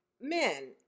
men